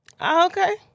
Okay